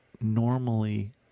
normally